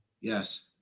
Yes